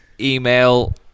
email